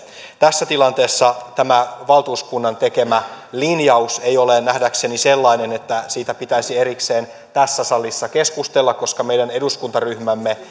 tässä tilanteessa tämä valtuuskunnan tekemä linjaus ei ole nähdäkseni sellainen että siitä pitäisi erikseen tässä salissa keskustella koska meidän eduskuntaryhmämme